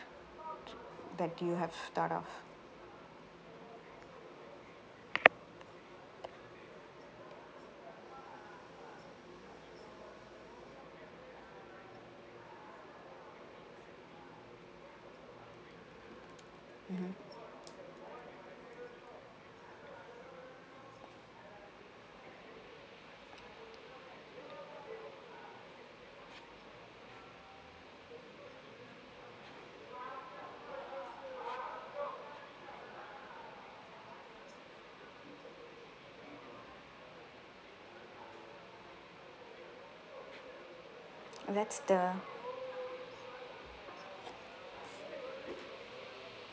that you have thought of mmhmm that's the